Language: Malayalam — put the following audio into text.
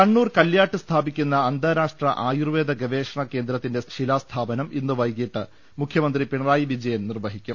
കണ്ണൂർ കല്ല്യാട്ട് സ്ഥാപിക്കുന്ന അന്താരാഷ്ട്ര ആയൂർവേദ ഗവേ ഷണ കേന്ദ്രത്തിന്റെ ശിലാസ്ഥാപനം ഇന്ന് വൈകീട്ട് മുഖ്യമന്ത്രി പിണ റായി വിജയൻ നിർവഹിക്കും